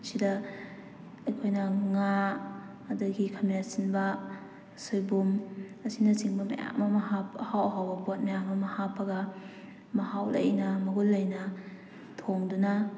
ꯁꯤꯗ ꯑꯩꯈꯣꯏꯅ ꯉꯥ ꯑꯗꯒꯤ ꯈꯥꯃꯦꯟ ꯑꯁꯤꯟꯕ ꯁꯣꯏꯕꯨꯝ ꯑꯁꯤꯅꯆꯤꯡꯕ ꯃꯌꯥꯝ ꯑꯃ ꯑꯍꯥꯎ ꯑꯍꯥꯎꯕ ꯄꯣꯠ ꯃꯌꯥꯝ ꯑꯃ ꯍꯥꯞꯄꯒ ꯃꯍꯥꯎ ꯂꯩꯅ ꯃꯒꯨꯟ ꯂꯩꯅ ꯊꯣꯡꯗꯨꯅ